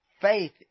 faith